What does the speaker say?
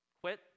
quit